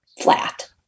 flat